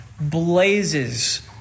blazes